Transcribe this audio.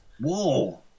whoa